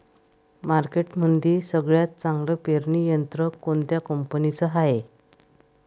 मार्केटमंदी सगळ्यात चांगलं पेरणी यंत्र कोनत्या कंपनीचं हाये?